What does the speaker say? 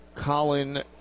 Colin